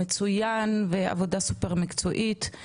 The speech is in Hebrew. מצוין ועבודה סופר מקצועית אל